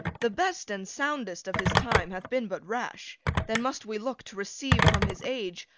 the best and soundest of his time hath been but rash then must we look to receive from his age,